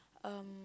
um